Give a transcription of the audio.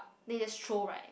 then he just throw right